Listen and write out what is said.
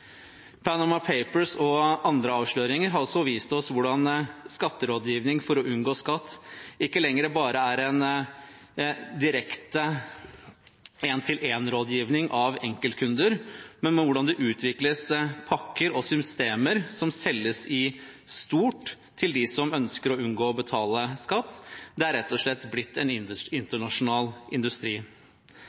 Panama Papers og andre avsløringer har også vist oss hvordan skatterådgivning for å unngå skatt ikke lenger bare er direkte en-til-en-rådgivning for enkeltkunder, men hvordan det utvikles pakker og systemer som selges i stort til dem som ønsker å unngå å betale skatt. Det er rett og slett blitt en internasjonal industri.